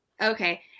Okay